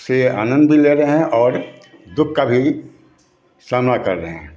से आनंद भी ले रहे हैं और दुख का भी सामना कर रहे हैं